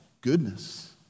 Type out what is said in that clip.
goodness